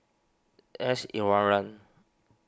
S Iswaran